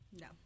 no